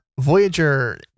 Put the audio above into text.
voyager